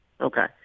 Okay